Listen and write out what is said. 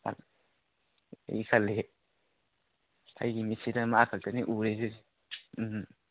ꯑꯩ ꯈꯜꯂꯤ ꯑꯩꯒꯤ ꯃꯤꯠꯁꯤꯗ ꯃꯥ ꯈꯛꯇꯅꯤ ꯎꯔꯤꯁꯤꯁꯨ ꯎꯝ